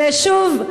זה שוב,